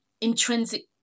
intrinsic